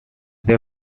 they